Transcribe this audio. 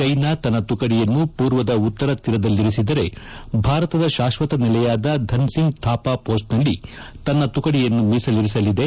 China ತನ್ನ ತುಕಡಿಯನ್ನು ಪೂರ್ವದ ಉತ್ತರ ತೀರದಲ್ಲಿರಿಸಿದರೆ ಭಾರತದ ಶಾಶ್ವತ ನೆಲೆಯಾದ ಧನ್ಸಿಂಗ್ ಥಾಪಾ ವೋಸ್ಟ್ನಲ್ಲಿ ತನ್ನ ತುಕಡಿಯನ್ನು ಮೀಸಲಿರಸಲಿದೆ